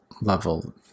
level